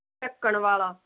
ਢੱਕਣ ਵਾਲਾ